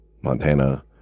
montana